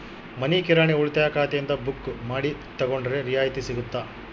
ಮನಿ ಕಿರಾಣಿ ಉಳಿತಾಯ ಖಾತೆಯಿಂದ ಬುಕ್ಕು ಮಾಡಿ ತಗೊಂಡರೆ ರಿಯಾಯಿತಿ ಸಿಗುತ್ತಾ?